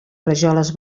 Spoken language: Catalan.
rajoles